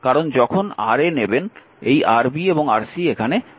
কারণ যখন Ra নেবেন এই Rb এবং Rc সেখানে সিরিজে আছে